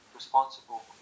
responsible